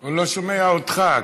הוא לא שומע אותך.